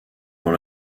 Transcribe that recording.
dans